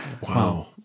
Wow